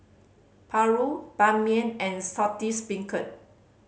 paru Ban Mian and Saltish Beancurd